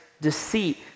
deceit